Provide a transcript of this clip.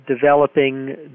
developing